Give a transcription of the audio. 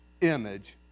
image